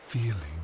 Feeling